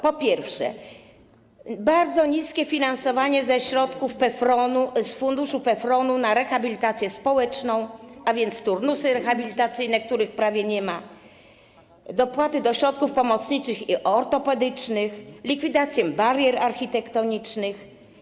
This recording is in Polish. Po pierwsze, bardzo niskie finansowanie, jeśli chodzi o funduszu PFRON-u, na rehabilitację społeczną, a więc turnusy rehabilitacyjne, których prawie nie ma, dopłaty do środków pomocniczych i ortopedycznych, likwidację barier architektonicznych.